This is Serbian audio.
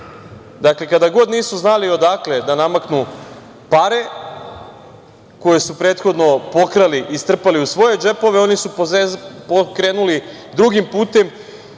Dakle, kada god nisu znali odakle da namaknu pare, koje su prethodno pokrali i strpali u svoje džepove, oni su krenuli drugim putem